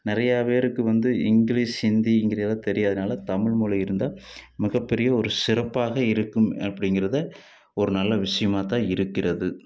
நிறையா பேருக்கு வந்து இங்கிலிஷ் ஹிந்திங்கிறது தெரியாததுனால தமிழ் மொழி இருந்தால் மிகப்பெரிய ஒரு சிறப்பாக இருக்கும் அப்படிங்கிறத ஒரு நல்ல விஷயமாகத்தான் இருக்கிறது